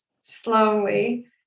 slowly